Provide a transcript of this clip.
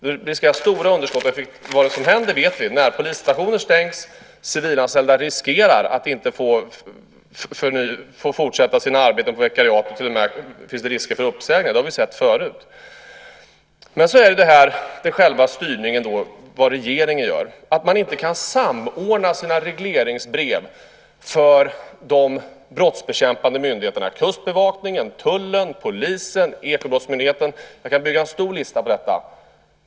De riskerar stora underskott, och vi vet vad som händer. Närpolisstationer stängs. Civilanställda riskerar att inte få fortsätta sina arbeten på vikariat. Det finns till och med risk för uppsägningar. Det har vi sett förut. Men så är det då själva styrningen, vad regeringen gör. Man kan inte samordna sina regleringsbrev för de brottsbekämpande myndigheterna, kustbevakningen, tullen, polisen, Ekobrottsmyndigheten. Jag kan bygga en stor lista över detta.